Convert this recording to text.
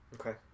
Okay